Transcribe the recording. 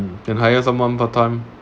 can hire someone part time